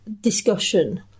discussion